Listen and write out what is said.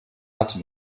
hatte